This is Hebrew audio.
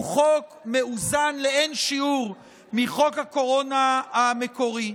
הוא חוק מאוזן לאין שיעור מחוק הקורונה המקורי,